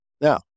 Now